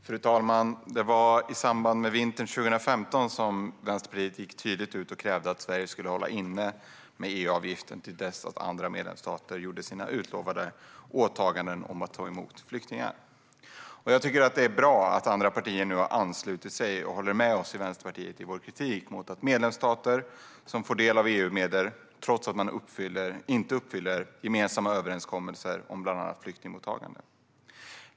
Fru talman! Det var i samband med vintern 2015 som Vänsterpartiet gick ut och tydligt krävde att Sverige skulle hålla inne med EU-avgiften till dess att andra medlemsstater uppfyllt sina utlovade åtaganden om att ta emot flyktingar. Jag tycker det är bra att andra partier nu har anslutit sig och håller med oss i Vänsterpartiet i vår kritik mot att medlemsstater får del av EU-medel trots att man inte uppfyller gemensamma överenskommelser om bland annat flyktingmottagande.